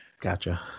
Gotcha